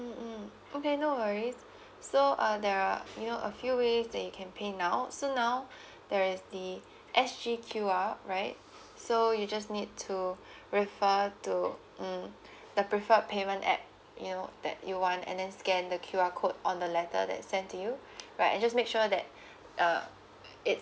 mm mm okay no worries so uh there are you know a few ways that you can pay now so now there is the sg qr right so you just need to refer to um the preferred payment at you know that you want and then scan the qr code on the letter that's sent to you right and just make sure that uh it's